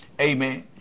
Amen